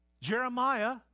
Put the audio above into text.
Jeremiah